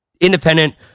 independent